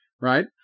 right